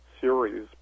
series